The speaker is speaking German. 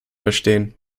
verstehen